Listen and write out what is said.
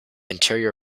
interior